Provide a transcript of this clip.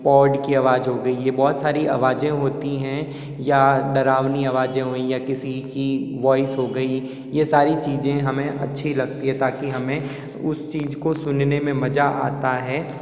पौड की आवाज हो गयी ये बहुत सारी आवाजें होती हैं या डरावनी आवाजें हुई या किसी की वौइस हो गयी ये सारी चीज़ें हमें अच्छी लगती हैं ताकि हमें उस चीज को सुनने में मजा आता है